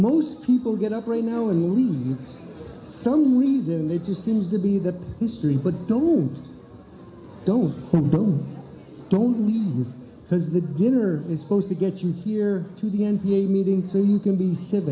most people get up right now and leave some reason it just seems to be that history but don't don't don't because the dinner is supposed to get you here to the n b a meeting so you can be